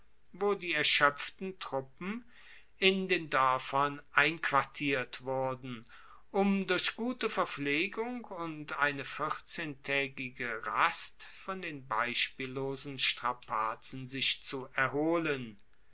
wo die erschoepften truppen in den doerfern einquartiert wurden um durch gute verpflegung und eine vierzehntaegige rast von den beispiellosen strapazen sich zu erholen